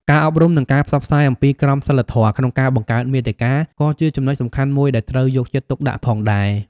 ការអប់រំ និងការផ្សព្វផ្សាយអំពីក្រមសីលធម៌ក្នុងការបង្កើតមាតិកា ក៏ជាចំណុចសំខាន់មួយដែលត្រូវយកចិត្តទុកដាក់ផងដែរ។